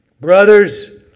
Brothers